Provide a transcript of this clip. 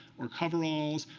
or coveralls,